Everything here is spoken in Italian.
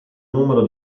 numero